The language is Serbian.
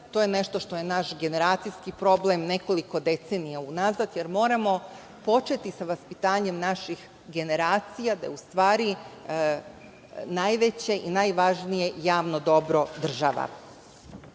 to je nešto što je naš generacijski problem, već nekoliko decenija unazad, jer moramo početi sa vaspitanjem naših generacija, da je u stvari, najveće i najvažnije javno dobro država. Veoma